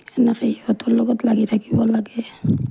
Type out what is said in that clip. মই সিহঁতৰ লগত লাগি থাকিব লাগে